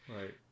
Right